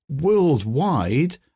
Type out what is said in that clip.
worldwide